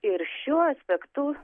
ir šiuo aspektu